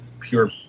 pure